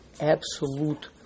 absolute